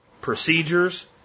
procedures